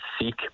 seek